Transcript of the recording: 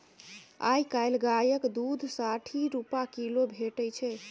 आइ काल्हि गायक दुध साठि रुपा किलो भेटै छै